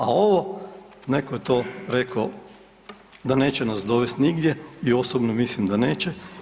A ovo netko je to rekao da neće nas dovesti nigdje i osobno mislim da neće.